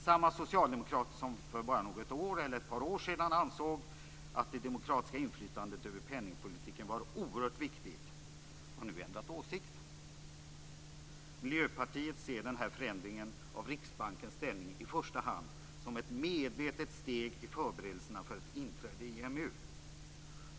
Samma socialdemokrater som för bara ett par år sedan ansåg att det demokratiska inflytandet över penningpolitiken var oerhört viktigt har nu ändrat åsikt. Miljöpartiet ser den här förändringen av Riksbankens ställning i första hand som ett medvetet steg i förberedelserna för ett inträde i EMU.